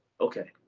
Okay